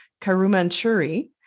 Karumanchuri